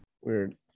Weird